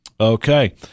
okay